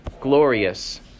glorious